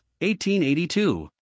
1882